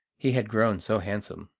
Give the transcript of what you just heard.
he had grown so handsome.